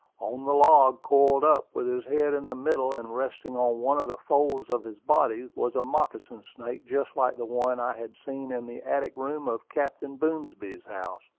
on the log, coiled up, with his head in the middle and resting on one of the folds of his body, was a moccasin snake just like the one i had seen in the attic room of captain boomsby's house.